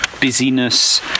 busyness